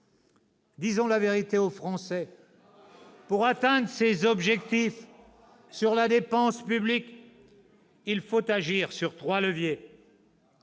Disons la vérité aux Français. » Enfin !« Pour atteindre ces objectifs sur la dépense publique, il faut agir sur trois leviers.